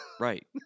right